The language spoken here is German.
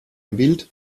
gewillt